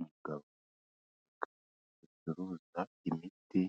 Umugabo acuruza imiti